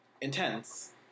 intense